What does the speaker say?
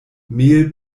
mehl